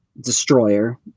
destroyer